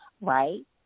right